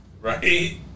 Right